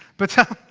but ah.